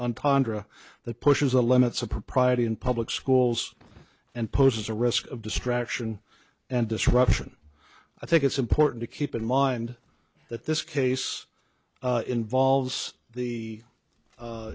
entendre that pushes the limits of propriety in public schools and poses a risk of distraction and disruption i think it's important to keep in mind that this case involves the